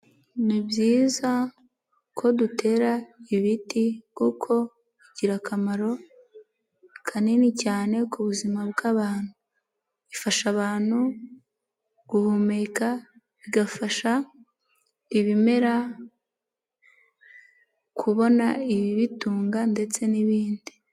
Ni byiza ko dutera ibiti kuko bigira akamaro kanini cyane ku buzima bw'abantu. Bifasha abantu guhumeka bigafasha ibimera kubona ibibitunga ndetse n'ibindi.